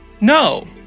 No